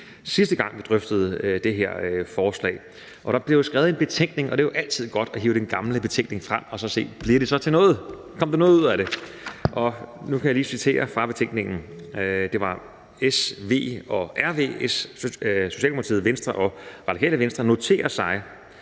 sidste gang vi drøftede det her forslag. Der blev jo skrevet en betænkning, og det er altid godt at hive den gamle betænkning frem og så se: Blev det så til noget, kom der noget ud af det? Og nu kan jeg lige citere fra betænkningen, hvor der står: »S, V og RV noterer sig,